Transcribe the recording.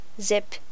zip